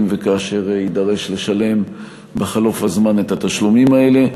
אם וכאשר יידרש לשלם בחלוף הזמן את התשלומים האלה.